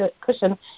cushion